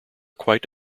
quite